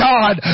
God